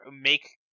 make